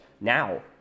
now